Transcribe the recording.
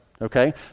okay